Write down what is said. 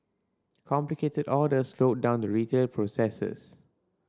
complicated orders slowed down the retail processes